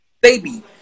baby